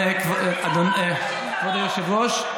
כבוד היושב-ראש,